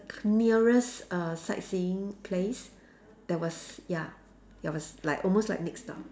nearest err sightseeing place that was ya that was like almost like mixed up